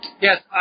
Yes